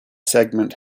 segment